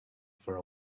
for